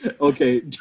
Okay